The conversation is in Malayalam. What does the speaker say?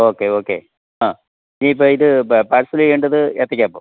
ഓക്കെ ഓക്കെ അ ഈ പാഴ്സല് ചെയ്യേണ്ടത് ഏത്തയ്ക്കാപ്പം